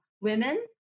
women